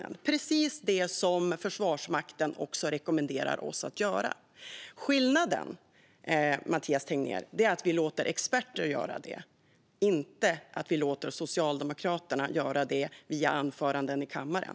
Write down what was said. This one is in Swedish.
Det är precis det som Försvarsmakten rekommenderar oss att göra. Skillnaden, Mathias Tegnér, är att vi låter experter göra det, inte att vi låter Socialdemokraterna göra det via anföranden i kammaren.